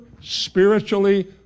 spiritually